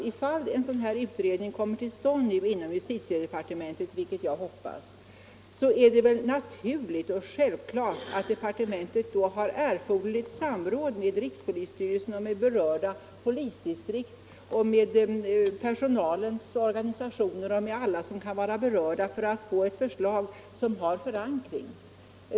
Ifall en sådan här utredning kommer till stånd inom justitiedepartementet, vilket jag hoppas, så är det väl naturligt och självklart att departementet då har erforderligt samråd med rikspolisstyrelsen, med berörda polisdistrikt, med personalens organisationer och med alla andra som kan vara berörda för att få ett förslag som har förankring.